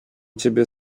ciebie